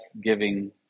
giving